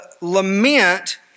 lament